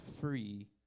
free